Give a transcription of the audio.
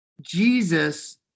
jesus